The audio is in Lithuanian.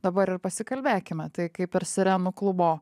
dabar ir pasikalbėkime tai kaip ir sirenų klubo